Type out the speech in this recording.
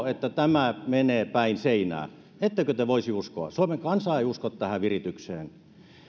että tämä menee päin seinää ettekö te voisi uskoa suomen kansa ei usko tähän viritykseen